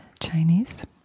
Chinese